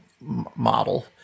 model